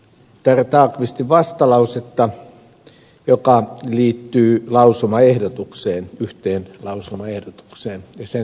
tarja tallqvistin vastalausetta joka liittyy yhteen lausumaehdotukseen ja sen sanamuotoon